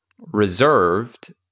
reserved